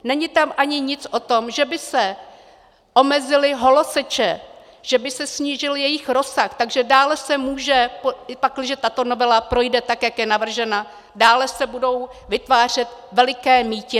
Není tam ani nic o tom, že by se omezily holoseče, že by se snížil jejich rozsah, takže dále se může, pakliže tato novela projde tak, jak je navržena, dále se budou vytvářet veliké mýtiny.